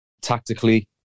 tactically